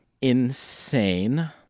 insane